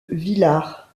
villard